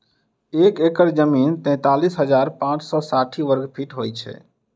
एक एकड़ जमीन तैँतालिस हजार पाँच सौ साठि वर्गफीट होइ छै